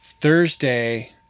Thursday